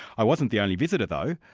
i wasn't the only visitor though,